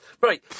Right